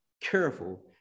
careful